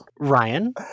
Ryan